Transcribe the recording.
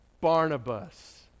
Barnabas